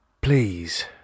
please